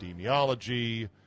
epidemiology